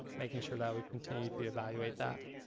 making sure that we continue to evaluate that.